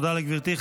תודה לגברתי.